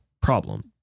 problem